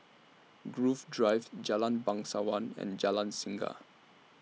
Grove Drive Jalan Bangsawan and Jalan Singa